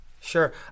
Sure